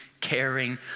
caring